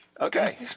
Okay